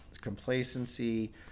complacency